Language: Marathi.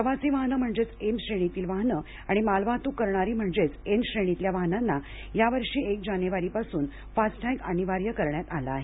प्रवासी वाहनं म्हणजेच एम श्रेणीतली वाहनं आणि मालवाहतूक करणारी म्हणजेच एन श्रेणीतल्या वाहनांना या वर्षी एक जानेवारी पासून फास्टॅग अनिवार्य करण्यात आला आहे